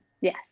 Yes